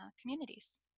communities